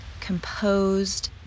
composed